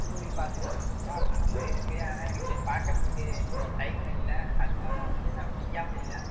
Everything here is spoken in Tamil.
மூவி பாக்கணுன்னு இருக்கு ஆனால் எனக்கு பாக்கிறதுக்கு இப்போது டைம் இல்லை அதுவும் இல்லாமல் வந்து நான் ஃப்ரீயாகவும் இல்லை